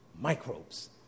microbes